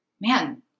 man